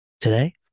Today